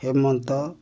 ହେମନ୍ତ